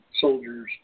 soldiers